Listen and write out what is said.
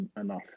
enough